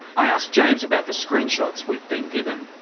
i ask james about the screenshots we've been given.